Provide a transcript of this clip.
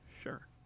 Sure